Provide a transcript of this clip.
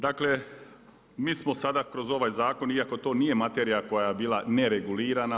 Dakle, mi smo sada kroz ovaj zakon iako to nije materija koja je bila neregulirana.